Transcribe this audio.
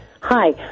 Hi